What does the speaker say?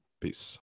Peace